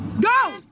Go